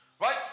right